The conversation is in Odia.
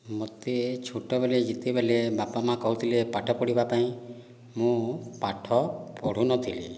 ମୋତେ ଛୋଟବେଳେ ଯେତେବେଳେ ବାପା ମା' କହୁଥିଲେ ପାଠ ପଢ଼ିବା ପାଇଁ ମୁଁ ପାଠ ପଢ଼ୁନଥିଲି